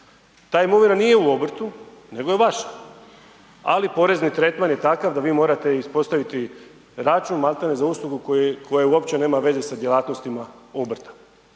Ta imovina nije u obrtu, nego je vaša. Ali porezni tretman je takav da vi morate ispostaviti račun, makar je za uslugu koja uopće nema veze sa djelatnostima obrta.